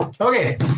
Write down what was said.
Okay